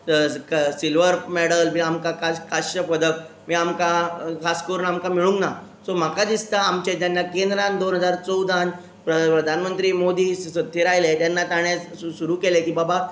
ज क silver medal बी आमकां काज काजशें पदक बी आमकां खास करून आमकां मेळूंक ना सो म्हाका दिसता आमचें जेन्ना केंद्रान दोन हजार चवदान प्रधान मंत्री मोदी स सत्तेर आयलें तेन्ना ताणें सु सुरू केलें की बाबा